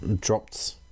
dropped